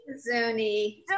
Zuni